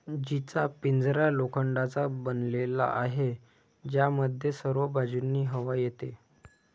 जीचा पिंजरा लोखंडाचा बनलेला आहे, ज्यामध्ये सर्व बाजूंनी हवा येते